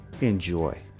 Enjoy